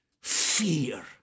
fear